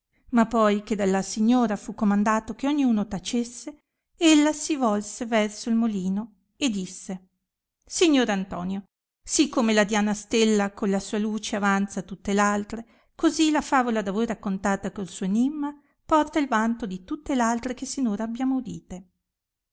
ma poi che dalla signora fa comandato che ogni uno tacesse ella si volse verso il molino e disse signor antonio sì come la diana stella colla sua luce avanza tutte altre così la favola da voi raccontata col suo enimma porta il vanto di tutte altre che sinora abbiamo udite